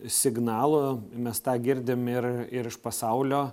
signalų mes tą girdim ir ir iš pasaulio